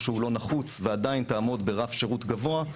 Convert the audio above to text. שהוא לא נחוץ ועדיין תעמוד ברף שירות גבוה,